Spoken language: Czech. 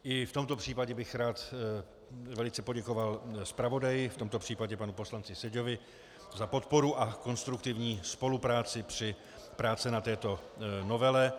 I v tomto případě bych rád velice poděkoval zpravodaji, v tomto případě panu poslanci Seďovi, za podporu a konstruktivní spolupráci při práci na této novele.